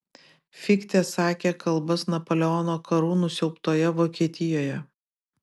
fichtė sakė kalbas napoleono karų nusiaubtoje vokietijoje